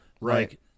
Right